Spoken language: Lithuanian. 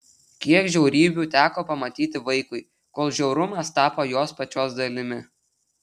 kiek žiaurybių teko pamatyti vaikui kol žiaurumas tapo jos pačios dalimi